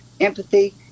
empathy